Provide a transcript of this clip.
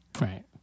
right